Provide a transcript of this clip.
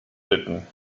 retten